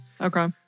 okay